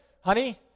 honey